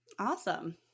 Awesome